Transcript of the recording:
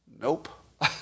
Nope